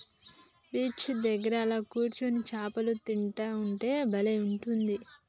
beach దగ్గర అలా కూర్చొని చాపలు తింటా ఉంటే బలే ఉంటది